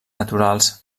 naturals